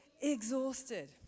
exhausted